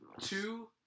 Two